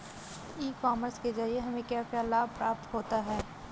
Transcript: ई commerce के ज़रिए हमें क्या क्या लाभ प्राप्त होता है?